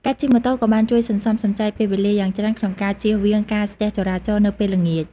ការជិះម៉ូតូក៏បានជួយសន្សំសំចៃពេលវេលាយ៉ាងច្រើនក្នុងការជៀសវាងការស្ទះចរាចរណ៍នៅពេលល្ងាច។